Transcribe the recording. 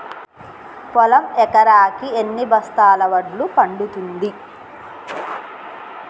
పొలం ఎకరాకి ఎన్ని బస్తాల వడ్లు పండుతుంది?